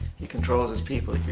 he controls his people.